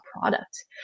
product